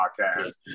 podcast